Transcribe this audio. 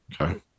okay